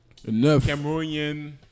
Cameroonian